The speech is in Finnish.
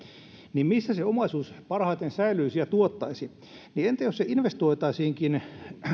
niin missä se omaisuus parhaiten säilyisi ja tuottaisi entä jos se investoitaisiinkin